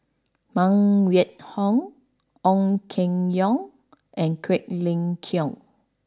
Phan Wait Hong Ong Keng Yong and Quek Ling Kiong